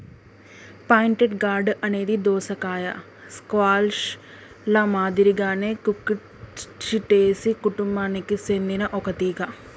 pointed gourd అనేది దోసకాయ, squash ల మాదిరిగానే కుకుర్చిటేసి కుటుంబానికి సెందిన ఒక తీగ